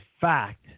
fact